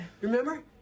Remember